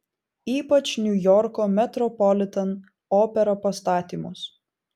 ypač niujorko metropolitan opera pastatymus